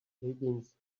higgins